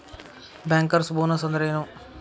Bankers bonus ಅಂದ್ರೇನು?